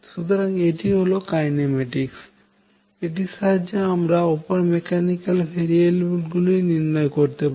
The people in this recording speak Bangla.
সুতরাং এটি হল কাইনেমেটিস্ক এটির সাহায্যে অপর মেকানিক্যাল ভেরিয়েবল গুলি নির্ণয় করতে পারি